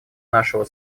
нашего